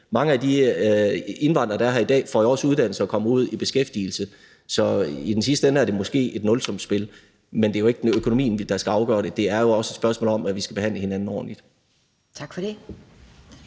mange af de indvandrere, der er her i dag, får jo også uddannelse og kommer ud i beskæftigelse. Så i den sidste ende er det måske et nulsumsspil. Men det er jo ikke økonomien, der skal afgøre det. Det er jo også et spørgsmål om, at vi skal behandle hinanden ordentligt. Kl.